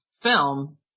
film